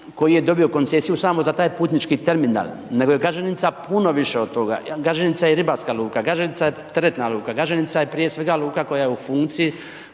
koji je dobio koncesiju samo za taj putnički terminal, nego je Gaženica puno više od toga, Gaženica je ribarska luka, Gaženica je teretna luka, Gaženica je prije svega luka koja je u funkciji